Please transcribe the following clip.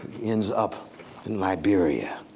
ends up in liberia.